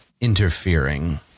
interfering